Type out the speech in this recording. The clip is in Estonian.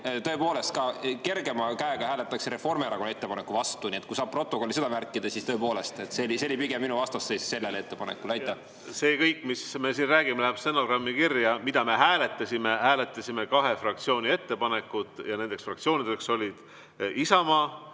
tõepoolest kergema käega hääletaks Reformierakonna ettepaneku vastu. Kui saab protokollis ära märkida, siis tõepoolest see oli pigem minu vastasseis sellele ettepanekule. See kõik, mis me siin räägime, läheb stenogrammi kirja. Mida me hääletasime? Hääletasime kahe fraktsiooni ettepanekut ja nendeks fraktsioonideks olid Isamaa